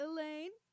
Elaine